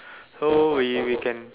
so we we can